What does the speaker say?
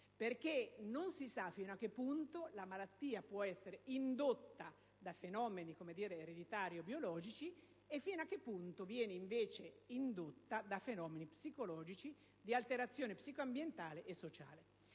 si sa infatti fino a che punto la malattia può essere indotta da fenomeni ereditari o biologici e fino a che punto viene invece indotta da fenomeni psicologici, di alterazione psico-ambientale e sociale.